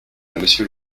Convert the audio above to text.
monsieur